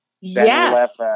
Yes